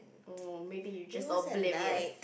um or maybe you just oblivious